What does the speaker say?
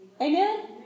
Amen